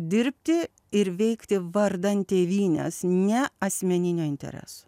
dirbti ir veikti vardan tėvynės ne asmeninių interesų